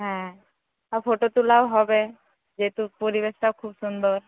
হ্যাঁ আর ফটো তোলাও হবে যেহেতু পরিবেশটাও খুব সুন্দর